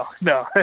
No